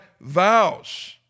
vows